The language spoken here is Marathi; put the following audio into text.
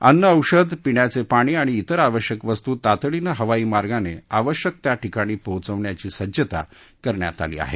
अन्न औषध पिण्याचे पाणी आणि तिर आवश्यक वस्तू तातडीने हवाईमार्गाने आवश्यक त्या ठिकाणी पोहोचवण्याची सज्जता करण्यात आली आहे